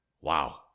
wow